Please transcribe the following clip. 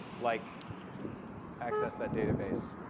like access that database.